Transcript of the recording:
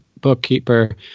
bookkeeper